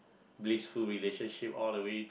blissful relationship all the way